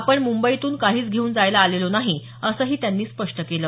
आपण मुंबईतून काहीच घेऊन जायला आलेलो नाही असंही त्यांनी स्पष्ट केलं